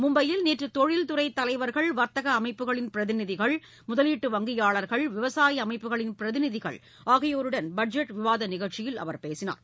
மும்பையில் நேற்று தொழில்துறை தலைவா்கள் வா்த்தக அமைப்புகளின் பிரதிநிதிகள் முதலீட்டு வங்கியாளா்கள் விவசாய அமைப்புகளின் பிரதிநிதிகள் ஆகியோருடன் பட்ஜெட் விவாத நிகழ்ச்சியில் அவர் பேசினார்